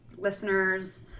Listeners